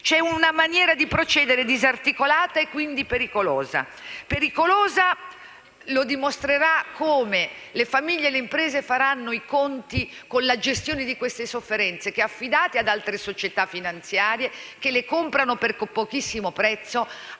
C'è una maniera di procedere disarticolata e, quindi, pericolosa. La pericolosità emergerà quando le famiglie e le imprese faranno i conti con la gestione di queste sofferenze che, affidate ad altre società finanziarie che le comprano per pochissimo,